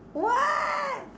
what